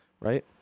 right